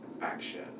action